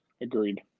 Agreed